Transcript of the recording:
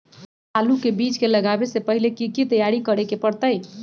आलू के बीज के लगाबे से पहिले की की तैयारी करे के परतई?